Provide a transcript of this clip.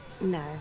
No